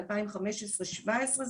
בשנת 2015-2017,